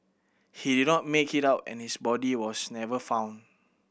he did not make it out and his body was never found